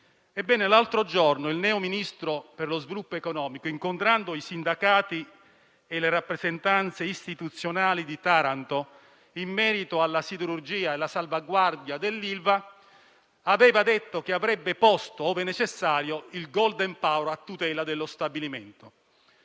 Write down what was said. qualche giorno fa il neoministro per lo sviluppo economico, incontrando i sindacati e le rappresentanze istituzionali di Taranto in merito alla siderurgia e alla salvaguardia dell'Ilva, aveva detto che avrebbe posto, ove necessario, il *golden power* a tutela dello stabilimento.